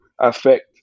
affect